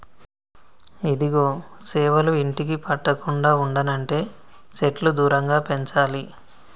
ఇదిగో సేవలు ఇంటికి పట్టకుండా ఉండనంటే సెట్లు దూరంగా పెంచాలి